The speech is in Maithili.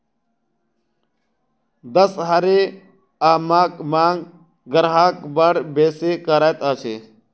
दसहरी आमक मांग ग्राहक बड़ बेसी करैत अछि